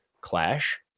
clash